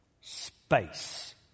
Space